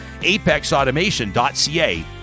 apexautomation.ca